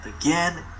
again